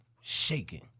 shaking